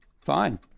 Fine